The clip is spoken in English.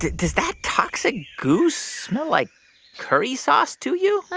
does that toxic goo smell like curry sauce to you? yeah,